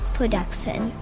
Production